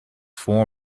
four